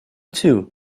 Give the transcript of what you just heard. too